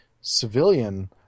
civilian